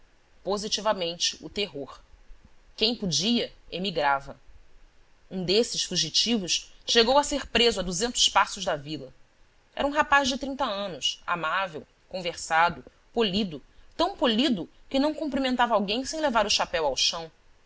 positivamente o terror quem podia emigrava um desses fugitivos chegou a ser preso a duzentos passos da vila era um rapaz de trinta anos amável conversado polido tão polido que não cumprimentava alguém sem levar o chapéu ao chão